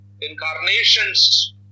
incarnations